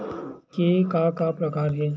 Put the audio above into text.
के का का प्रकार हे?